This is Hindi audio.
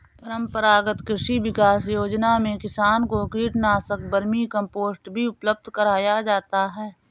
परम्परागत कृषि विकास योजना में किसान को कीटनाशक, वर्मीकम्पोस्ट भी उपलब्ध कराया जाता है